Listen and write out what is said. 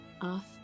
off